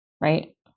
right